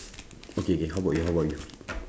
okay okay how about you how about you